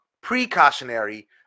precautionary